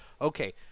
okay